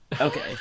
Okay